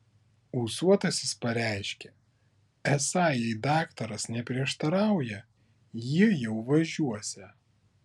ūsuotasis pareiškė esą jei daktaras neprieštarauja jie jau važiuosią